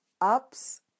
ups